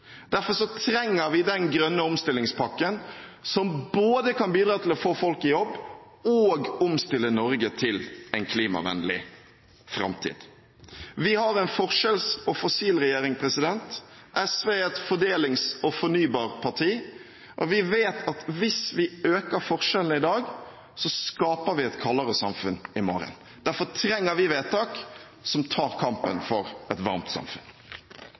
Derfor trenger vi den grønne omstillingspakken som både kan bidra til å få folk i jobb, og omstille Norge til en klimavennlig framtid. Vi har en forskjells- og fossilregjering. SV er et fordelings- og fornybarparti, og vi vet at hvis vi øker forskjellene i dag, skaper vi et kaldere samfunn i morgen. Derfor trenger vi vedtak som tar kampen for et varmt samfunn.